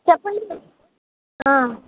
చెప్పండి ఆ